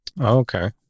okay